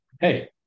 hey